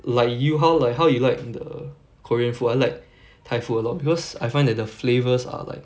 like you how like how you like the korean food I like thai food a lot because I find that the flavours are like